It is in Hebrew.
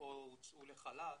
או הוצאו לחל"ת,